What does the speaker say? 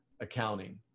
accounting